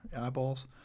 eyeballs